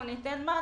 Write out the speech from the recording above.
אנחנו ניתן מענה.